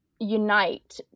unite